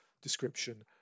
description